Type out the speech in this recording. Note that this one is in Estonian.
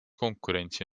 konkurentsi